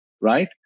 right